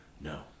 no